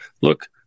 look